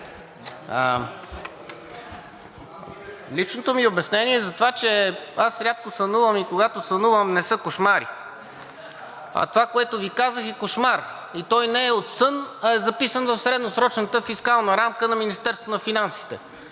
Личното ми обяснение е за това, че аз рядко сънувам и когато сънувам не са кошмари. А това, което Ви казах, е кошмар и той не е от сън, а е записан в средносрочната фискална рамка на Министерството на финансите